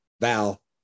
Val